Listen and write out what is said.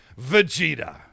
Vegeta